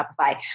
Shopify